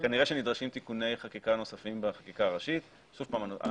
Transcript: כנראה שנדרשים תיקוני חקיקה נוספים בחקיקה הראשית שוב פעם,